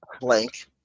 blank